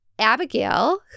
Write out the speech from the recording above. Abigail